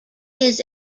his